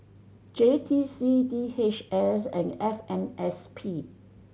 J T C D H S and F M S P